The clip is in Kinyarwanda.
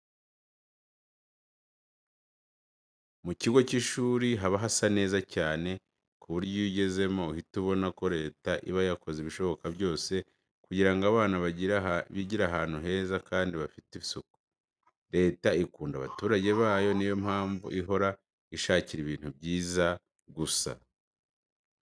Mu kigo cy'ishuri haba hasa neza cyane ku buryo iyo ugezemo uhita ubona ko leta iba yakoze ibishoboka byose kugira ngo abana bigire ahantu heza kandi hafite isuku. Leta ikunda abaturage bayo niyo mpamvu ihora ibashakira ibintu byiza gusa.